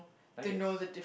I guess